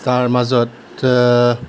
তাৰ মাজত